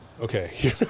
okay